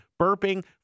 burping